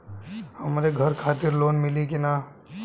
हमरे घर खातिर लोन मिली की ना?